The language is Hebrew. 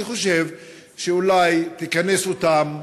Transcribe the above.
אני חושב שאולי תכנס אותם,